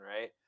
right